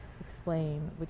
explain